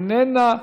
איננה,